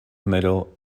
middle